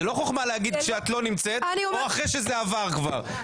זה לא חוכמה להגיד שאת לא נמצאת או אחרי שזה עבר כבר.